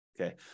okay